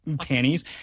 panties